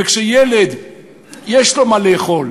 כשילד יש לו מה לאכול,